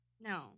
No